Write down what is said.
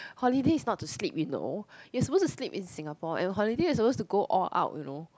holiday is not to sleep you know you're supposed to sleep in Singapore and holiday you're supposed to go all out you know